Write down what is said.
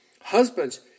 Husbands